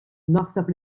naħseb